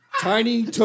Tiny